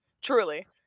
truly